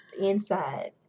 inside